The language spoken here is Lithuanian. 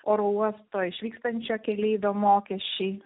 oro uosto išvykstančio keleivio mokesčiai